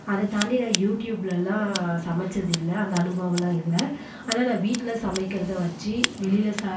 அதை தாண்டி நான் யூடியூப்லலாம் சமைத்தது இல்லை அந்த அனுபவம்லாம் இல்லை ஆனால் நான் வீட்டில் சமைக்கிறதை வச்சு வெளியில் ச